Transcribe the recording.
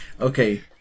Okay